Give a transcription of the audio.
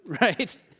right